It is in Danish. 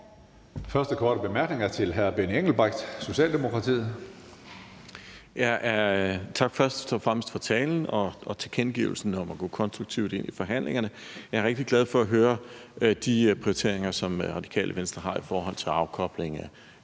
Første korte bemærkning er til hr. Benny Engelbrecht, Socialdemokratiet. Kl. 15:04 Benny Engelbrecht (S): Først og fremmest tak for talen og tilkendegivelsen om at gå konstruktivt ind i forhandlingerne. Jeg er rigtig glad for at høre de prioriteringer, som Radikale Venstre har i forhold til afkobling